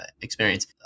experience